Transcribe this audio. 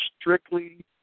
strictly